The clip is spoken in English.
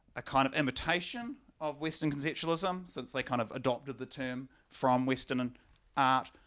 a kind of imitation of western conceptualism since they kind of adopted the term from western and art,